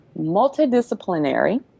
multidisciplinary